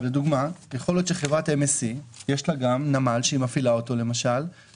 יכול להיות שחברת MSC יש לה גם נמל שהיא מפעילה במדינות